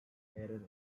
located